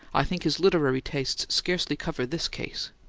i think his literary tastes scarcely cover this case!